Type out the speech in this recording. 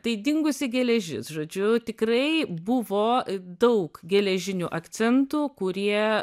tai dingusi geležis žodžiu tikrai buvo daug geležinių akcentų kurie